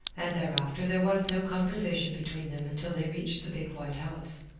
and thereafter there was no conversation between them until they reached the big white house.